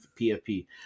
PFP